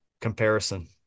comparison